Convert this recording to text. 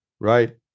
Right